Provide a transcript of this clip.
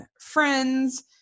friends